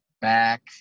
back